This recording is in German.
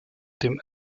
dem